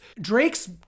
Drake's